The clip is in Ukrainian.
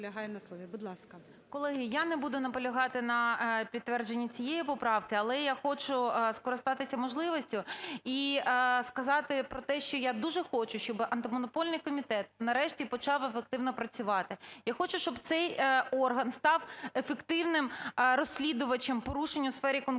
Колеги, я не буду наполягати на підтвердженні цієї поправки, але я хочу скористатися можливістю і сказати про те, що я дуже хочу, щоби Антимонопольний комітет нарешті почав ефективно працювати. І хочу, щоб цей орган став ефективним розслідувачем порушень у сфері конкуренції.